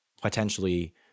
potentially